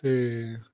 ਅਤੇ